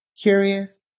curious